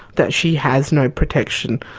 that she has no protection.